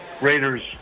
Raiders